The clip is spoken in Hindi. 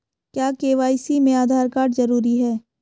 क्या के.वाई.सी में आधार कार्ड जरूरी है?